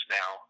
now